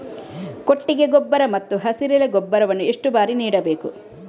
ಕೊಟ್ಟಿಗೆ ಗೊಬ್ಬರ ಮತ್ತು ಹಸಿರೆಲೆ ಗೊಬ್ಬರವನ್ನು ಎಷ್ಟು ಬಾರಿ ನೀಡಬೇಕು?